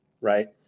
right